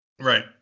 Right